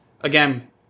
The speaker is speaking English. Again